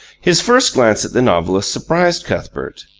his first glance at the novelist surprised cuthbert.